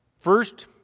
First